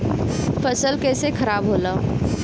फसल कैसे खाराब होला?